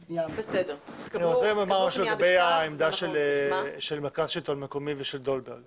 לגבי העמדה של מרכז שלטון מקומי, דולברג